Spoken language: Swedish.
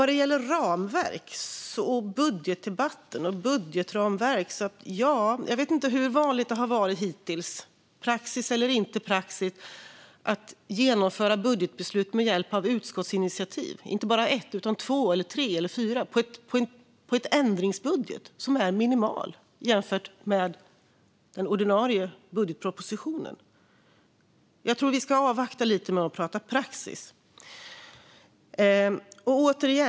Vad gäller budgetdebatt och budgetramverk: Jag vet inte hur vanligt det hittills har varit, praxis eller inte praxis, att genomföra budgetbeslut med hjälp av utskottsinitiativ, inte bara ett utan två, tre eller fyra, för en ändringsbudget som är minimal jämfört med den ordinarie budgetpropositionen. Jag tror att vi ska avvakta lite med att prata praxis.